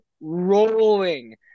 rolling